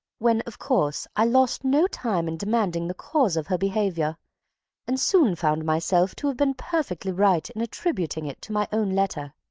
when, of course, i lost no time in demanding the cause of her behaviour and soon found myself to have been perfectly right in attributing it to my own letter.